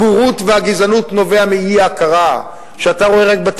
הבורות והגזענות נובעות מאי-הכרה.